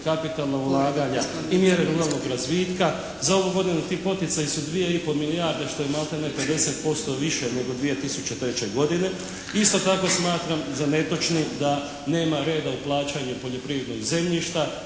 kapitalnog ulaganja i mjere ruralnog razvitka. Za ovu godinu ti poticaji su 2 i pol milijarde što je maltene 50% više nego 2003. godine. Isto tako smatram za netočno da nema reda u plaćanju poljoprivrednog zemljišta.